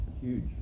Huge